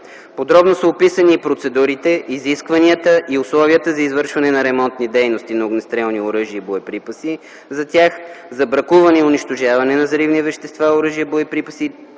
Подробно са описани и процедурите, изискванията и условията за извършване на ремонтни дейности на огнестрелни оръжия и боеприпаси за тях, за бракуване и унищожаване на взривни вещества, оръжия, боеприпаси